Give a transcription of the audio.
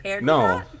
No